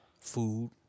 Food